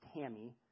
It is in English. Tammy